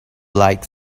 like